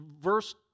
verse